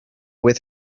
with